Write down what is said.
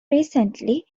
recently